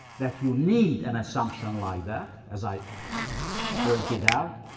that you need an assumption like that. as i pointed out,